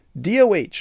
DOH